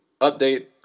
update